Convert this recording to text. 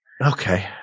Okay